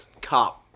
cop